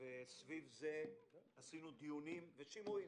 וסביב זה ערכנו דיונים ושימועים,